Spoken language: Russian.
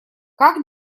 как